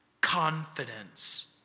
confidence